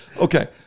okay